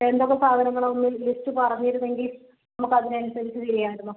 വേണ്ടത്ര സാധനങ്ങൾ ഒന്ന് ലിസ്റ്റ് പറഞ്ഞിരുന്നെങ്കിൽ നമുക്ക് അതിനനുസരിച്ച് ചെയ്യാർന്നു